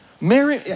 Mary